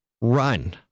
run